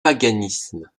paganisme